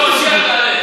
כשיבוא המשיח תעלה.